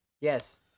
yes